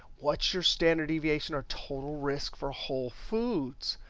what's your standard deviation or total risk for whole foods?